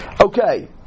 Okay